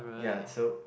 ya so